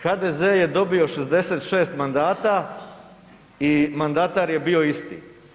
HDZ je dobio 66 mandata i mandatar je bio isti.